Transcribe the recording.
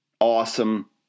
awesome